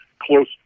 close